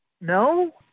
No